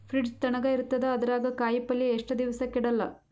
Fridge ತಣಗ ಇರತದ, ಅದರಾಗ ಕಾಯಿಪಲ್ಯ ಎಷ್ಟ ದಿವ್ಸ ಕೆಡಲ್ಲ?